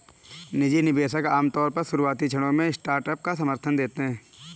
निजी निवेशक आमतौर पर शुरुआती क्षणों में स्टार्टअप को समर्थन देते हैं